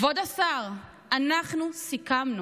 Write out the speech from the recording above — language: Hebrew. כבוד השר, אנחנו סיכמנו.